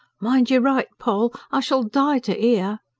mind you write, poll! i shall die to ear.